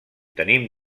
tenim